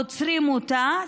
עוצרים אותה,